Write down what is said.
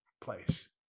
place